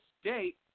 State